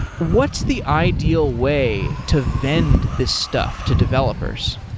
what's the ideal way to vend this stuff to developers?